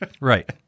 Right